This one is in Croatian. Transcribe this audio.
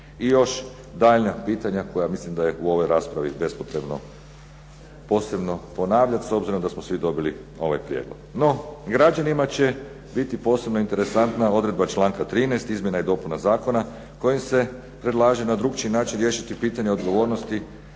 i još daljnja pitanja koja mislim da je u ovoj raspravi bespotrebno posebno ponavljati s obzirom da smo svi dobili ovaj prijedlog. No, građanima će biti posebno interesantna odredba članka 13. izmjena i dopuna zakona kojim se predlaže na drukčiji način riješiti pitanje odgovornosti